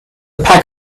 pack